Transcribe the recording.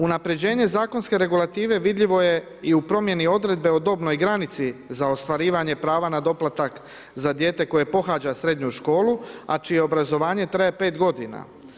Unapređenje zakonske regulative vidljivo je i u promjeni odredbe o dobnoj granici za ostvarivanje prava na doplatak za dijete koje pohađa srednju školu, a čije obrazovanje traje pet godina.